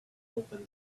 open